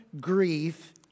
grief